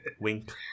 Wink